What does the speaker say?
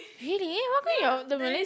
really how come your the Malays